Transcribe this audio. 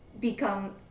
become